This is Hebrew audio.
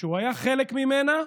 שהוא היה חלק ממנה,